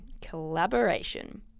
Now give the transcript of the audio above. collaboration